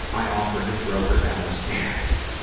i offered to throw her down the stairs.